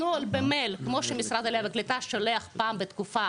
נוהל במייל כמו שמשרד העלייה וקליטה שולח פעם בתקופה